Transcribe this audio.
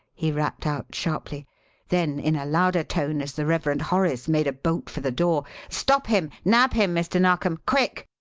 he rapped out sharply then in a louder tone, as the reverend horace made a bolt for the door stop him, nab him, mr. narkom! quick!